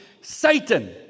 Satan